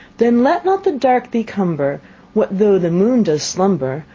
then let not the dark thee cumber what though the moon does slumber,